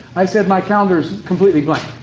i said, my calendar is completely blank.